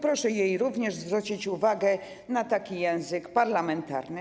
Proszę jej również zwrócić uwagę na język parlamentarny.